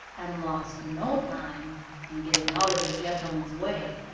and lost no time in getting out of the gentleman's way.